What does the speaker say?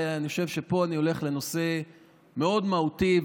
ואני חושב שפה אני הולך לנושא מאוד מהותי,